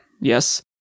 Yes